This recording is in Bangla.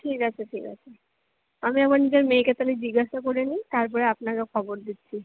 ঠিক আছে ঠিক আছে আমি একবার নিজের মেয়েকে তাহলে জিজ্ঞাসা করে নিই তারপর আপনাকে খবর দিচ্ছি